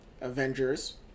Avengers